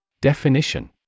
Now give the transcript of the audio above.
Definition